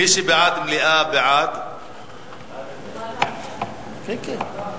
מי שבעד מליאה, בעד, נגד, ועדת